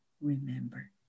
Remember